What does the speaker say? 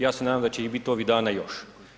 Ja se nadam da će ih biti ovih dana još.